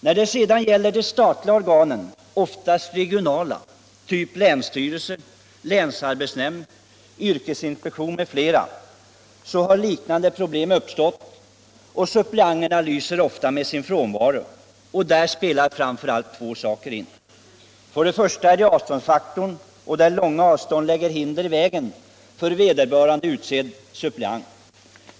När det sedan gäller de statliga organen, oftast regionala, typ länsstyrelse, länsarbetsnämnd, 'yrkesinspektion m.fl., har liknande problem uppstått, och suppleanterna lyser ofta med sin frånvaro. Där spelar framför allt två saker in. För det första är det avståndsfaktorn; långa avstånd lägger hinder i vägen för den utsedda suppleanten.